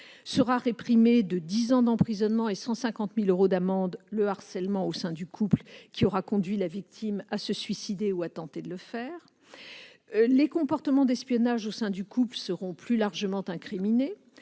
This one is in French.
sera réprimé de dix ans d'emprisonnement et de 150 000 euros d'amende le harcèlement au sein du couple qui aura conduit la victime à se suicider ou à tenter de le faire. Ensuite, les comportements d'espionnage au sein du couple seront plus largement incriminés.